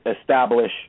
establish